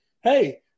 Hey